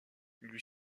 lui